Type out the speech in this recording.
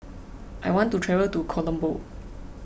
I want to travel to Colombo